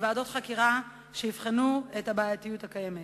ועדות חקירה שיבחנו את הבעייתיות הקיימת.